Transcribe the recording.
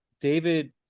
david